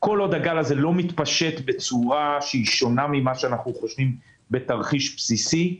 לא מתפשט בצורה שונה ממה שאנחנו חושבים בתרחיש בסיסי,